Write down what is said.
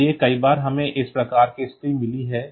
इसलिए कई बार हमें इस प्रकार की स्थिति मिली है